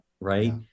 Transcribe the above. right